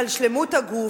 לשלמות הגוף,